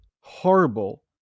horrible